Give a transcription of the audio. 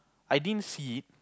I didn't see it